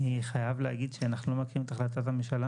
אני חייב להגיד שאנחנו לא מעקרים את החלטת הממשלה,